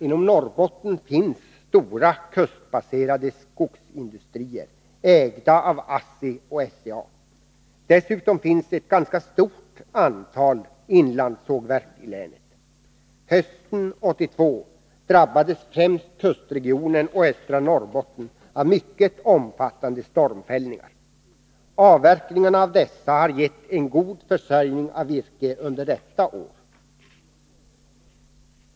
Inom Norrbottens län finns stora kustbaserade skogsindustrier, ägda av ASSI och SCA. Dessutom finns ett ganska stort antal inlandssågverk i länet. Hösten 1982 drabbades främst kustregionen och östra Norrbotten av mycket omfattande stormfällningar. Avverkningarna av dessa har gett en god försörjning av virke under detta år.